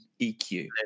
eq